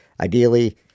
Ideally